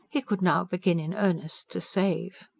he could now begin in earnest to save.